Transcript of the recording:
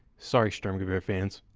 sorry stermgewehr fans.